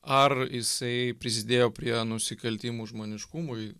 ar jisai prisidėjo prie nusikaltimų žmoniškumui